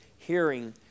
Hearing